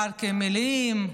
הפארקים מלאים,